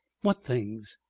what things?